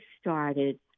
started